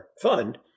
fund